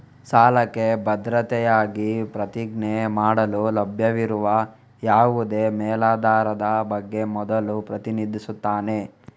ಸಾಲಕ್ಕೆ ಭದ್ರತೆಯಾಗಿ ಪ್ರತಿಜ್ಞೆ ಮಾಡಲು ಲಭ್ಯವಿರುವ ಯಾವುದೇ ಮೇಲಾಧಾರದ ಬಗ್ಗೆ ಮೊದಲು ಪ್ರತಿನಿಧಿಸುತ್ತಾನೆ